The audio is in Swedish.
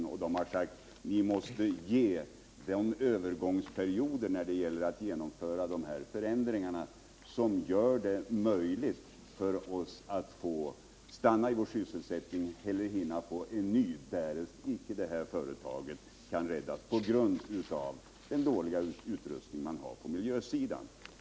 De anställda har sagt: Företaget måste få en sådan övergångsperiod när det gäller att genomföra förändringarna som gör det möjligt för oss att få stanna i vår sysselsättning eller hinna få en ny därest icke det här företaget kan räddas på grund av den dåliga utrustning man har på miljösidan.